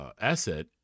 Asset